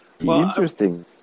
interesting